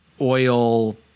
oil